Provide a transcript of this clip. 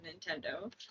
Nintendo